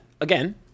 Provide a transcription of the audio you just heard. again